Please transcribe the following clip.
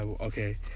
Okay